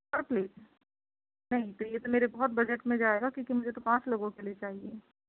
totally نہیں تو یہ تو میرے بہت بجٹ میں جائے گا کیوں کہ مجھے تو پانچ لوگوں کے لیے چاہیے